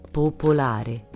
popolare